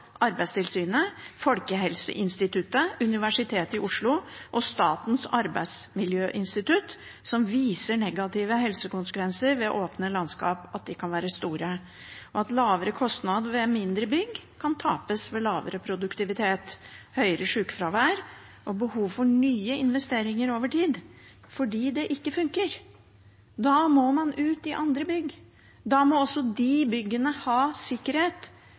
negative helsekonsekvenser ved åpne landskap, at de kan være store, og at lavere kostnad ved mindre bygg kan tapes ved lavere produktivitet, høyere sykefravær og behovet for nye investeringer over tid – fordi det ikke funker. Da må man ut i andre bygg, og da må også de byggene ha sikkerhet